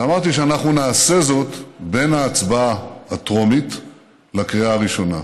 ואמרתי שאנחנו נעשה זאת בין ההצבעה הטרומית לקריאה הראשונה.